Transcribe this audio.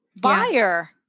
buyer